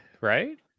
right